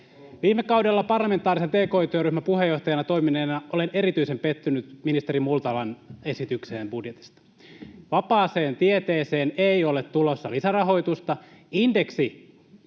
Viime kaudella parlamentaarisen tki-työryhmän puheenjohtajana toimineena olen erityisen pettynyt ministeri Multalan esitykseen budjetista. Vapaaseen tieteeseen ei ole tulossa lisärahoitusta.